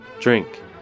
drink